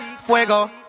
Fuego